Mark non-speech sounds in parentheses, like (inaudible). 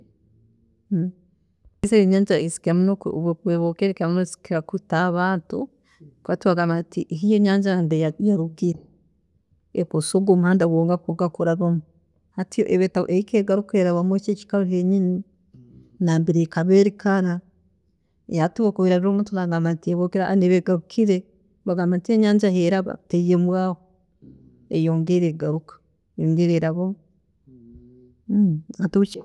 (hesitation) Ezo enyanja ezikira muno kweboogera muno zikira kwiita abantu hakuba abantu bagambi nti iyo enyanja mbere yarugire, esobola omuhanda ogu kwongera kurabamu, hati ehi- ehika egaruka eraba mwekyo ekiikaro henyini, nambere ekaba eri kala, hati obwekuba egarukire omuntu bagamba nti eboogere baitu eba egarukire, bagamba ntiyo enyanja mbere elaba teyebwaaho, eyongera egaruka, eyongera erabaho. (hesitation) (unintelligible)